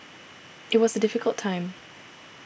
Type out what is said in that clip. it was a difficult time